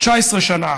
19 שנה,